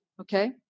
Okay